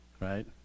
right